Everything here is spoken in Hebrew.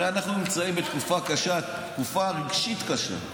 הרי אנחנו נמצאים בתקופה קשה, תקופה רגשית קשה.